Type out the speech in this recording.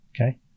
okay